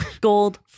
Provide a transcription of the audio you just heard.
gold